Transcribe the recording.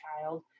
child